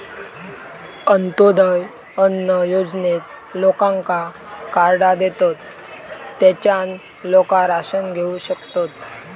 अंत्योदय अन्न योजनेत लोकांका कार्डा देतत, तेच्यान लोका राशन घेऊ शकतत